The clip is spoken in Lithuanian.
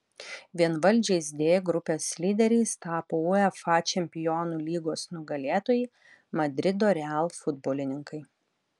vienvaldžiais d grupės lyderiais tapo uefa čempionų lygos nugalėtojai madrido real futbolininkai